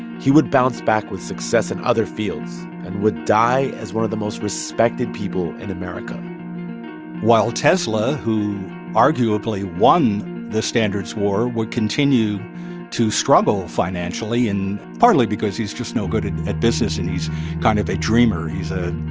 he would bounce back with success in other fields and would die as one of the most respected people in america while tesla, who arguably won the standards war, would continue to struggle financially and partly because he's just no good at at business, and he's kind of a dreamer. he's a